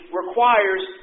requires